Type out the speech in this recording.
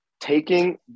taking